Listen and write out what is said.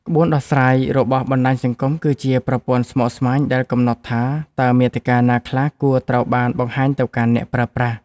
ក្បួនដោះស្រាយរបស់បណ្ដាញសង្គម គឺជាប្រព័ន្ធស្មុគស្មាញដែលកំណត់ថា តើមាតិកាណាខ្លះគួរត្រូវបានបង្ហាញទៅកាន់អ្នកប្រើប្រាស់។